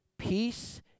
peace